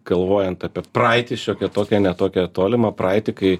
galvojant apie praeitį šiokią tokią ne tokią tolimą praeitį kai